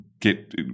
get –